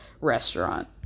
restaurant